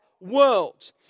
world